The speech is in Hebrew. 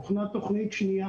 הוכנה תוכנית שנייה